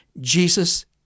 Jesus